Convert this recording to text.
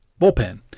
bullpen